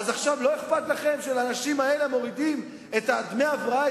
אז עכשיו לא אכפת לכם שלאנשים האלה מורידים את דמי ההבראה,